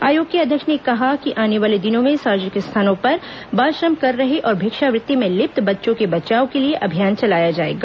आयोग की अध्यक्ष ने कहा कि आने वाले दिनों में सार्वजनिक स्थानों पर बाल श्रम कर रहे और भिक्षावृत्ति में लिप्त बच्चों के बचाव के लिए अभियान चलाया जाएगा